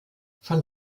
von